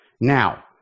Now